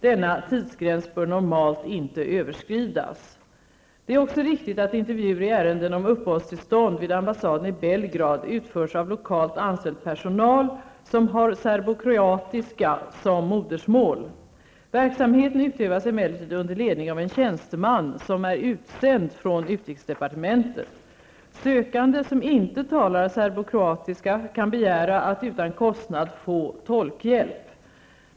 Denna tidsgräns bör normalt inte överskridas. Det är också riktigt att intervjuer i ärenden som uppehållstillstånd vid ambassaden i Belgrad utförs av lokalt anställd personal, som har serbokratiska som modersmål. Verksamheten utövas emellertid under ledning av en tjänsteman, som är utsänd från utrikesdepartementet. Sökande som inte talar serbokratiska kan begära att utan kostnad få tolkhjälp.